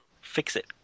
fix-it